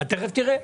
תכף תראה.